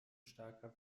starker